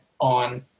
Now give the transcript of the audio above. on